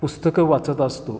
पुस्तकं वाचत असतो